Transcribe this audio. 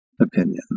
opinion